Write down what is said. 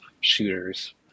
shooters